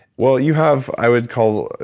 well, you have i would call,